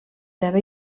haver